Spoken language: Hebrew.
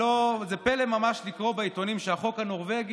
גם מדהים שאל מול השתקת הכנסת ורמיסת האופוזיציה יש דממה מוחלטת.